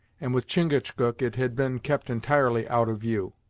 and with chingachgook it had been kept entirely out of view.